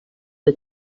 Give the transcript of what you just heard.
the